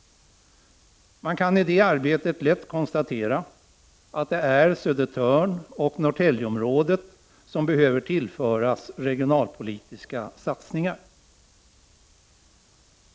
Vi kunde i det arbetet lätt konstatera att det är Södertörn och Norrtäljeområdet som behöver tillföras regionalpolitiska satsningar.